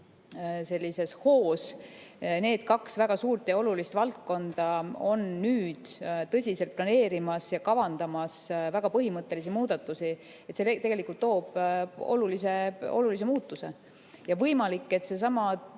sellises hoos need kaks väga suurt ja olulist valdkonda on nüüd tõsiselt planeerimas ja kavandamas väga põhimõttelisi muudatusi, tegelikult toob kaasa olulise muutuse. Võimalik, et seesama